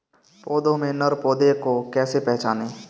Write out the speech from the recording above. पौधों में नर पौधे को कैसे पहचानें?